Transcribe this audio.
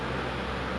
true true